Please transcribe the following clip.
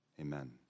Amen